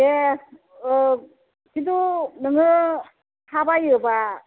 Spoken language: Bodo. दे खिन्थु नोङो हा बायोबा